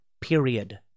period